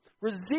resist